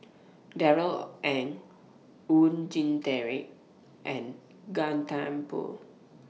Darrell Ang Oon Jin Teik and Gan Thiam Poh